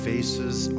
Faces